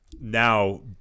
now